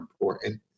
important